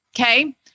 Okay